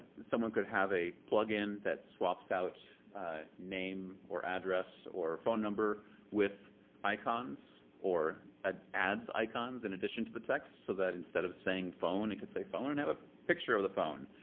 someone could have a plugin that swaps out name or address or phone number with icons or ah adds icons in addition to the text, so that instead of saying phone it could say phone and have a picture of the phone.